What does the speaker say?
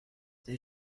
they